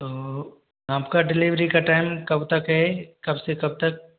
आपका डिलिवरी का टाइम कब तक है कब से कब तक